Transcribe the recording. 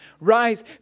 Rise